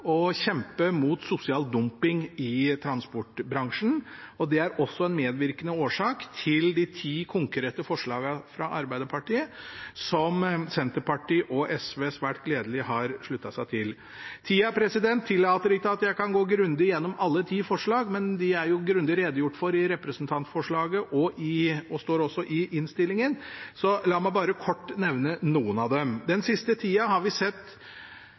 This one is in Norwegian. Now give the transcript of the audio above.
å kjempe mot sosial dumping i transportbransjen. Det er også en medvirkende årsak til representantforslaget fra Arbeiderpartiet, med de ti konkrete punktene, som Senterpartiet og SV svært gledelig har sluttet seg til. Tida tillater ikke at jeg går grundig igjennom alle ti forslag, men de er jo grundig redegjort for i representantforslaget og står også i innstillingen, så la meg bare kort nevne noen av dem. Den siste tida har vi sett